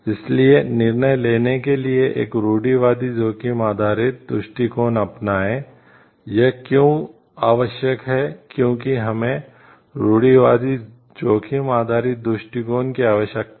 इसलिए निर्णय लेने के लिए एक रूढ़िवादी जोखिम आधारित दृष्टिकोण अपनाएं यह क्यों आवश्यक है क्यों हमें रूढ़िवादी जोखिम आधारित दृष्टिकोण की आवश्यकता है